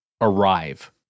arrive